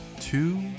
Two